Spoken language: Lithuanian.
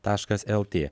taškas lt